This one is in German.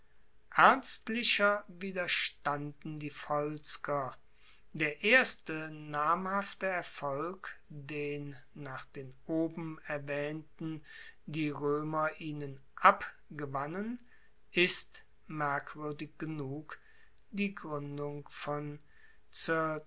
ernstlicher widerstanden die volsker der erste namhafte erfolg den nach den oben erwaehnten die roemer ihnen abgewannen ist merkwuerdig genug die gruendung von